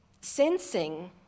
sensing